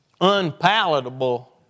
unpalatable